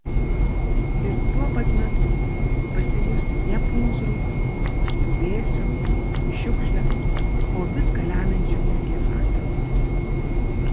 ir tuo pat metu pasijusti ne pūzru puvėsiu šiukšle o viską lemiančiu mirties angelu